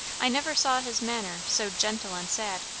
i never saw his manner so gentle and sad.